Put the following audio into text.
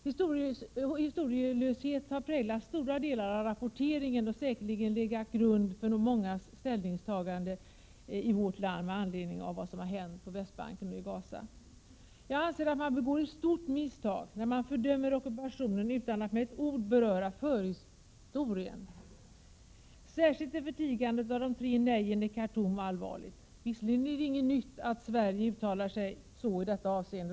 Historielöshet har präglat stora delar av rapporteringen och säkerligen legat till grund för mångas ställningstaganden i vårt land med anledning av vad som har hänt på Västbanken och i Gaza. Jag anser att man begår ett stort misstag när man fördömer ockupationen utan att med ett ord beröra förhistorien. Särskilt är förtigandet av de tre nejen i Karthum allvarligt. Visserligen är det inget nytt att Sverige uttalar sig så i detta avseende.